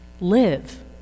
live